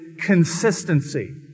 consistency